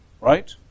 Right